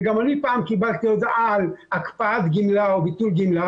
וגם אני פעם קיבלתי הודעה על הקפאת גמלה או ביטול גמלה